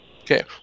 Okay